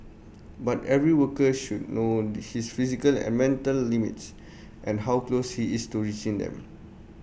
but every worker should know his physical and mental limits and how close he is to reaching them